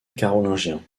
carolingien